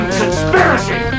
conspiracy